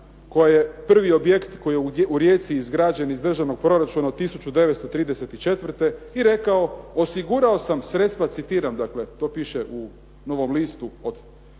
dijalizu, prvi objekt koji je u Rijeci izgrađen iz državnog proračuna od 1934. i rekao: "Osigurao sam sredstva", citiram dakle, to piše u "Novom Listu" od